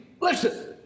Listen